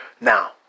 Now